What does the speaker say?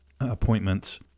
appointments